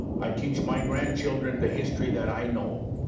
i teach my grandchildren the history that i know.